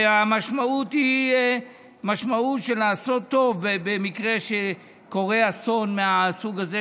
והמשמעות היא משמעות של לעשות טוב במקרה שקורה אסון מהסוג הזה,